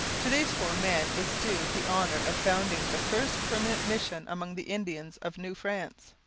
to these four men is due the honour of founding the first permanent mission among the indians of new france.